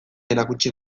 erakutsi